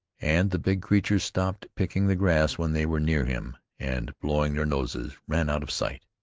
and the big creatures stopped picking the grass when they were near him, and blowing their noses, ran out of sight.